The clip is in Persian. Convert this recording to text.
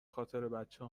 خاطربچه